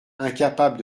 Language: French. incapable